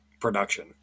production